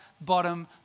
bottom